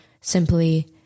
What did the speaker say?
simply